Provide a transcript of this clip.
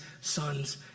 sons